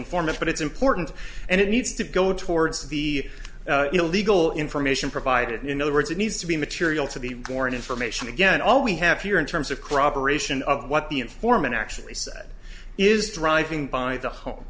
informant but it's important and it needs to go towards the illegal information provided in other words it needs to be material to the foreign information again all we have here in terms of crop aeration of what the informant actually said is driving by the home